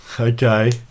okay